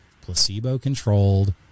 placebo-controlled